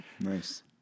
Nice